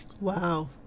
wow